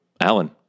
Alan